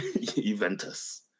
Juventus